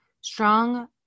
Strong